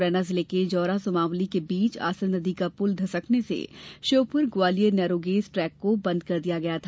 मुरैना जिले के जौरा सुमावली के बीच आसन नदी का पुल धसकने से श्योपुर ग्वालियर नेरोगेज ट्रैक को बंद कर दिया गया था